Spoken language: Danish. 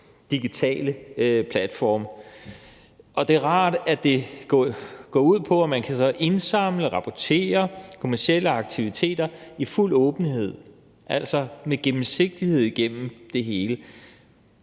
digitale platforme, og det er rart, at det går ud på, at man kan indsamle, rapportere kommercielle aktiviteter i fuld åbenhed – der er altså gennemsigtighed igennem det hele.